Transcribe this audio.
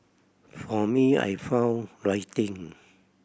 for me I found writing